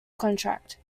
contract